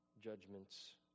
judgments